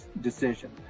decision